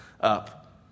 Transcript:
Up